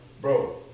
bro